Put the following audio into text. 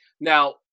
Now